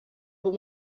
but